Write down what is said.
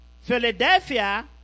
Philadelphia